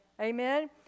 Amen